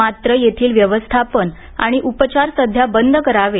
मात्र येथील व्यवस्थापन आणि उपचार सध्या बंद करावेत